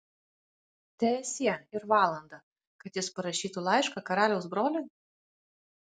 teesie ir valandą kad jis parašytų laišką karaliaus broliui